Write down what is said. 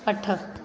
अठ